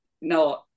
No